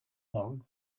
long